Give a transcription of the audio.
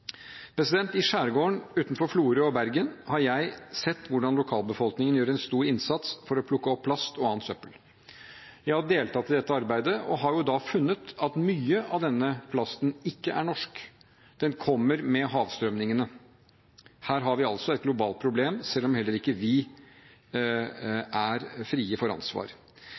I skjærgården utenfor Florø og Bergen har jeg sett hvordan lokalbefolkningen gjør en stor innsats for å plukke opp plast og annet søppel. Jeg har deltatt i dette arbeidet og funnet at mye av denne plasten ikke er norsk. Den kommer med havstrømmene. Her har vi altså et globalt problem, selv om heller ikke vi er frie for ansvar.